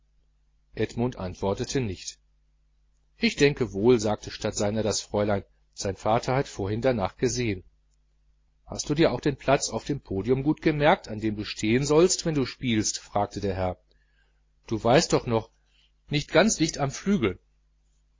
edmund antwortete nicht ich denke wohl sagte statt seiner das fräulein sein vater hat vorhin darnach gesehen hast du dir auch den platz auf dem podium gut gemerkt an dem du stehen sollst wenn du spielst fragte der herr du weißt doch noch nicht ganz dicht am flügel